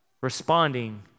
responding